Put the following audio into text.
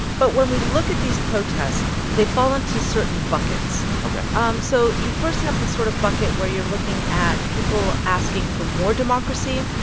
but when we look at these protests, they fall into certain buckets ok um so you first have this sort of bucket where you're looking at people asking for more democracy,